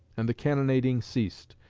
and the cannonading ceased.